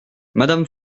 madame